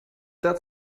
that